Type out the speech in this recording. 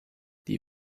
die